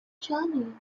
journey